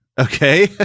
Okay